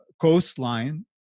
coastline